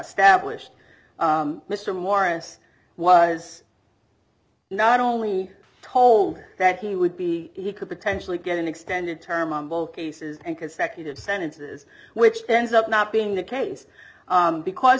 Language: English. established mr morris was not only told that he would be he could potentially get an extended term on both cases and consecutive sentences which ends up not being the case because